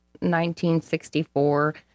1964